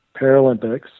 Paralympics